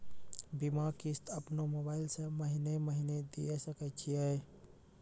बीमा किस्त अपनो मोबाइल से महीने महीने दिए सकय छियै?